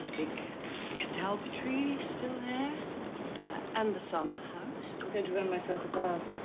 big catalpa tree still there and the summerhouse? i'm going to run myself a